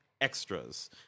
extras